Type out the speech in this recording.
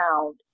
found